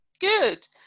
Good